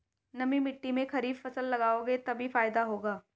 नमी मिट्टी में खरीफ फसल लगाओगे तभी फायदा होगा